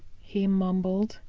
he mumbled.